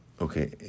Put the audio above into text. Okay